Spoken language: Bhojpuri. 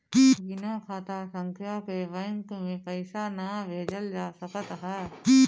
बिना खाता संख्या के बैंक के पईसा ना भेजल जा सकत हअ